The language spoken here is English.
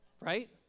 Right